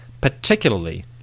particularly